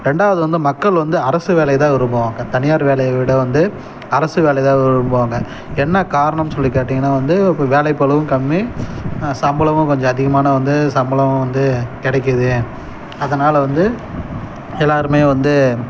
ரெண்டாவது வந்து மக்கள் வந்து அரசு வேலையை தான் விரும்புவாங்க தனியார் வேலையை விட வந்து அரசு வேலை தான் விரும்புவாங்க என்ன காரணம் சொல்லி கேட்டீங்கன்னா வந்து இப்போ வேலை பளு கம்மி சம்பளமும் கொஞ்சம் அதிகமான வந்து சம்பளம் வந்து கெடைக்குது அதனால் வந்து எல்லோருமே வந்து